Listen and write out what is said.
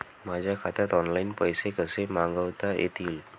माझ्या खात्यात ऑनलाइन पैसे कसे मागवता येतील?